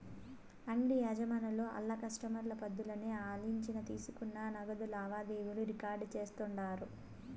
అంగిడి యజమానులు ఆళ్ల కస్టమర్ల పద్దుల్ని ఆలిచ్చిన తీసుకున్న నగదు లావాదేవీలు రికార్డు చేస్తుండారు